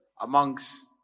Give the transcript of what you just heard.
Amongst